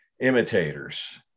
imitators